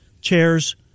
chairs